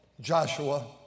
Joshua